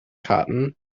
cotton